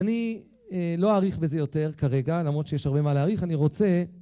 אני לא אאריך בזה יותר כרגע, למרות שיש הרבה מה להאריך, אני רוצה...